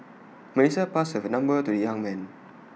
Melissa passed her number to the young man